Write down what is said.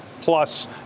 Plus